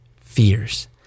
fears